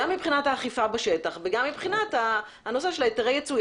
גם מבחינת האכיפה בשטח וגם מבחינת הנושא של היתרי היצוא.